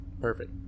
Perfect